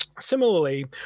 Similarly